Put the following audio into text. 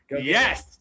yes